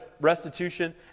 restitution